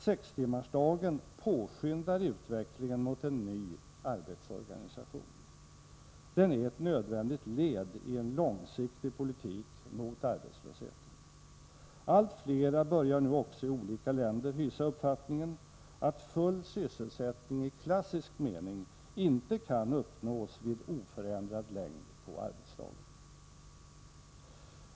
Sextimmarsdagen påskyndar utvecklingen mot en ny arbetsorganisation. Den är ett nödvändigt led i en långsiktig politik mot arbetslösheten. Allt flera i olika länder börjar nu också hysa uppfattningen att full sysselsättning i klassisk mening inte kan uppnås vid oförändrad längd på arbetsdagen.